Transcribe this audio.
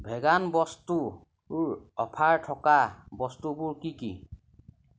vegan বস্তুৰ offer থকা বস্তুবোৰ কি কি